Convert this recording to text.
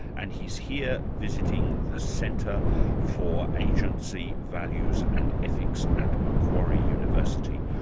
and he's here visiting the centre for agency, values and ethics at macquarie university.